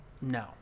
No